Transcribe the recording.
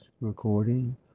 recording